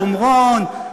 שומרון,